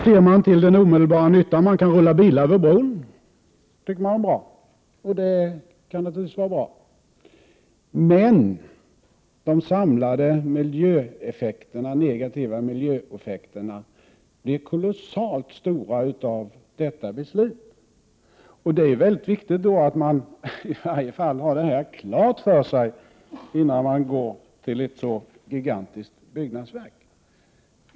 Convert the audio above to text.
Ser man till den omedelbara nyttan — att kunna rulla bilar över bron —är det naturligtvis bra att ha en bro, men de samlade negativa miljöeffekterna blir kolossalt stora. Det är viktigt att man i varje fall har det klart för sig, innan man går till beslut om ett så gigantiskt byggnadsverk.